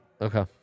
Okay